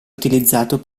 utilizzato